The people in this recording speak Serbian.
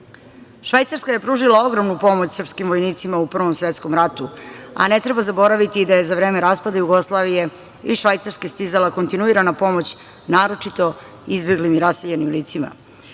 sebe.“Švajcarska je pružila ogromnu pomoć srpskim vojnicima u Prvom svetskom ratu, a ne treba zaboraviti i da je za vreme raspada Jugoslavije iz Švajcarske stizala kontinuirana pomoć naročito izbeglim i raseljenim licima. Druga